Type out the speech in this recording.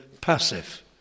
passive